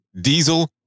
Diesel